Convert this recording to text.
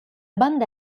banda